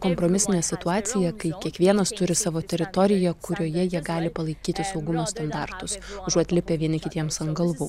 kompromisinę situaciją kai kiekvienas turi savo teritoriją kurioje jie gali palaikyti saugumo standartus užuot lipę vieni kitiems ant galvų